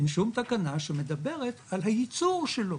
אין שום תקנה שמדברת על הייצור שלו,